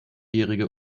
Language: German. jährige